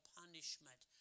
punishment